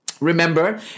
Remember